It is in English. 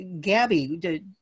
Gabby